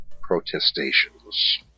protestations